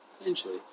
Essentially